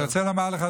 אני רוצה לומר לך,